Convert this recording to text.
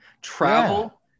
Travel